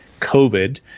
COVID